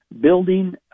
building